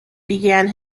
began